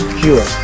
cure